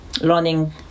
learning